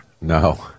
no